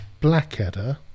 blackadder